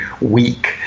weak